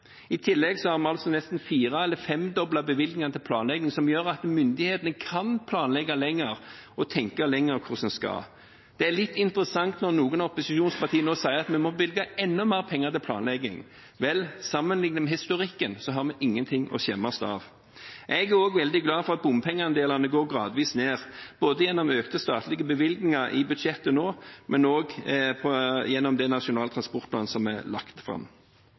I tillegg har vi nesten fire- eller femdoblet bevilgningene til planlegging, noe som gjør at myndighetene kan planlegge lenger og tenke lenger hvordan en skal gjøre det. Det er litt interessant når noen opposisjonspartier sier at vi må bevilge enda mer penger til planlegging. Vel, sammenligner en med historikken, har vi ingenting å skjemmes over. Jeg er også veldig glad for at bompengeandelen går gradvis ned, både gjennom økte statlige bevilgninger i budsjettet og gjennom Nasjonal transportplan som er lagt fram.